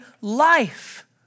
life